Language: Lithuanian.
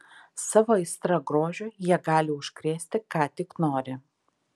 savo aistra grožiui jie gali užkrėsti ką tik nori